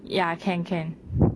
ya can can